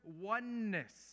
oneness